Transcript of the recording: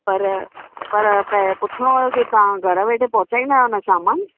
पर पर प पुछिणो हुओ की तव्हां घरि वेठे पहुचाईंदा आहियो न सामानु